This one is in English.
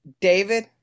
David